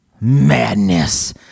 madness